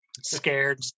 scared